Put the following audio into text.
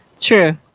True